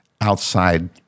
outside